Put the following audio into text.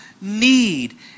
need